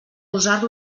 usar